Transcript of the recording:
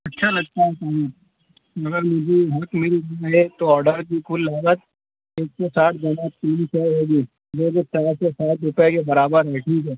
اچھا لگتا ہے طاہر مگر مجھے ہاٹ ملک ملے تو آڈر کی کل لاگت ایک سو ساٹھ جمع تین سو ہوگی وہ ساٹھ روپے کے برابر ہے ٹھیک ہے